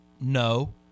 No